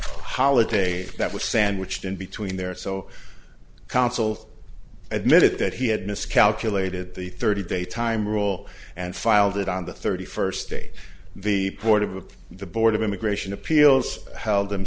holidays that was sandwiched in between there so councils admitted that he had miscalculated the thirty day time rule and filed it on the thirty first date the board of the board of immigration appeals held them